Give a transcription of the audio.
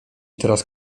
teraz